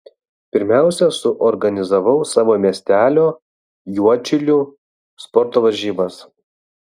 pirmiausia suorganizavau savo miestelio juodšilių sporto varžybas